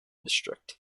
district